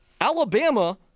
Alabama